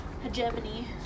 hegemony